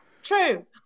true